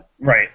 Right